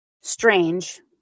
strange